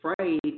afraid